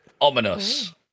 Ominous